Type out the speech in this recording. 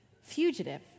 fugitive